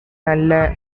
நல்ல